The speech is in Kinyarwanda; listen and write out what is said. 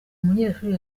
munyeshuri